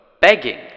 begging